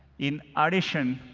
in addition,